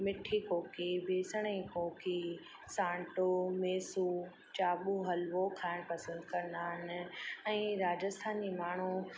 मिठी कोकी बेसण जी कोकी सांटो मेसू चाबू हलवो खाइण पसंदि कंदा आहिनि ऐं राजस्थानी माण्हू